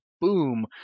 boom